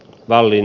valli